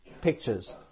pictures